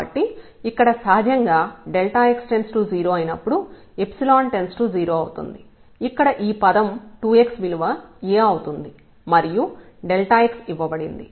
కాబట్టి ఇక్కడ సహజంగా x→0 అయినప్పుడు →0 అవుతుంది ఇక్కడ ఈ పదం 2x విలువ A అవుతుంది మరియు x ఇవ్వబడింది